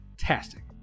fantastic